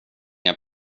inga